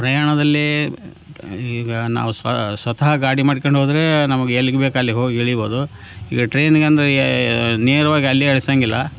ಪ್ರಯಾಣದಲ್ಲಿ ಈಗ ನಾವು ಸ್ವತಃ ಗಾಡಿ ಮಾಡಿಕೊಂಡೋದ್ರೆ ನಮ್ಗೆ ಎಲ್ಲಿಗೆ ಬೇಕು ಅಲ್ಲಿಗೆ ಹೋಗಿ ಇಳಿಬೋದು ಈಗ ಟೈನಿಗಂದರೆ ನೇರವಾಗಿ ಅಲ್ಲೆ ಇಳಿಸಂಗಿಲ್ಲ